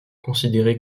considéré